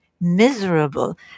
miserable